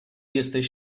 jesteś